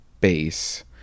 bass